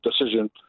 decision